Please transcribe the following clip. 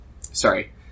sorry